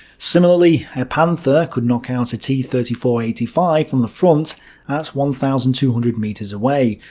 similarly, a panther could knock out a t thirty four eighty five from the front at one thousand two hundred meters away,